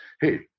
hey